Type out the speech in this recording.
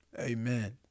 Amen